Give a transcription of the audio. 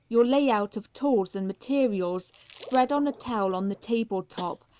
your lay-out of tools and materials spread on a towel on the table top,